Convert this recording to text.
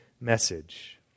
message